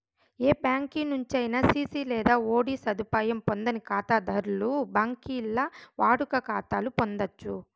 ఏ బ్యాంకి నుంచైనా సిసి లేదా ఓడీ సదుపాయం పొందని కాతాధర్లు బాంకీల్ల వాడుక కాతాలు పొందచ్చు